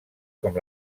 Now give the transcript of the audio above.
com